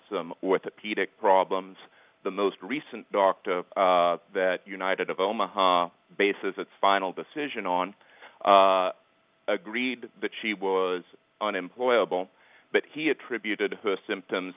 some orthopedic problems the most recent dr that united of omaha bases its final decision on agreed that she was on employable but he attributed her symptoms